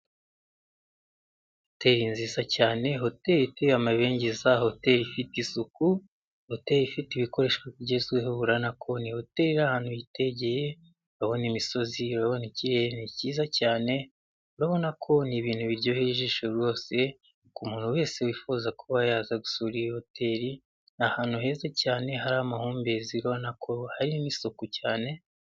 Hoteri nziza cyane, hoteri iteye amabengeza, hoteri ifite isuku, hoteri ifite ibikoresho bigezweho, urabona ko ni hoteri iri ahantu hitegeye, urabona imisozi, urabona ikirere cyiza cyane, urabona ko ni ibintu biryoheye ijisho rwose ku muntu wese wifuza kuba yaza gusura iyi hoteri, ni ahantu heza cyane hari amahumbezi, ubona ko hari n'isuku cyane.